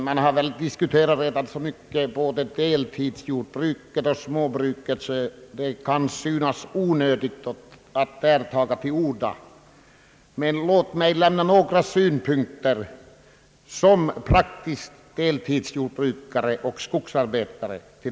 Herr talman! Både deltidsjordbruket och småbruket har redan diskuterats så mycket att det kan synas onödigt att ta till orda beträffande dessa frågor, men låt mig anföra några synpunkter som praktisk deltidsjordbrukare och skogsarbetare.